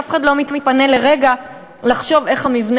ואף אחד לא מתפנה לרגע לחשוב איך המבנה